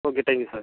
okay thank you sir